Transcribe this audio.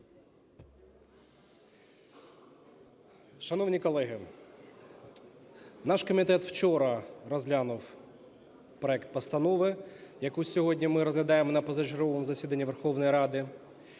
Шановні колеги, наш комітет вчора розглянув проект постанови, яку сьогодні ми розглядаємо на позачерговому засіданні Верховної Ради,